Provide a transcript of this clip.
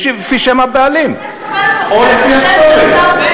לפי שם הבעלים, או לפי הכתובת.